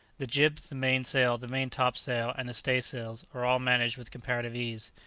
the jibs, the main-sail, the main-top-sail and the staysails are all managed with comparative ease,